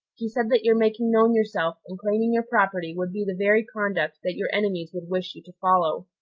he said that your making known yourself and claiming your property would be the very conduct that your enemies would wish you to follow,